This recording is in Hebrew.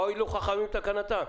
מה הואילו חכמים בתקנתם?